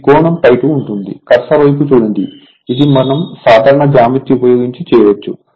ఈ కోణం ∅2 ఉంటుంది కర్సర్ వైపు చూడండి ఇది మనం సాధారణ జ్యామితిని ఉపయోగించి చేయవచ్చు